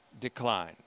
decline